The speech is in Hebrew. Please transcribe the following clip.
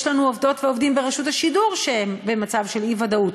יש לנו עובדות ועובדים ברשות השידור שהם במצב של אי-ודאות,